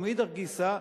ומאידך גיסא,